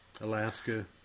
Alaska